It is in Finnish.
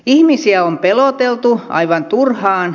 ihmisiä on peloteltu aivan turhaan